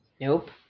Nope